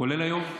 כולל היום.